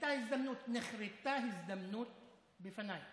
הייתה הזדמנות, נקרתה הזדמנות בפניי